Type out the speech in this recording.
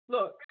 Look